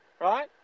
Right